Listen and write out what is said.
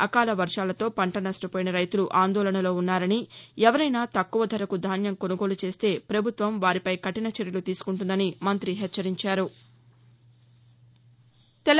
అకాల పర్షాలతో పంట నష్టపోయిన రైతు ఆందోళనలో ఉన్నారని ఎవరైనా తక్కువ ధరకు ధాన్యం కొసుగోలు చేస్తే పభుత్వం వారిపై కఠిన చర్యలు తీసుకుంటుందని మంతి హెచ్చరించారు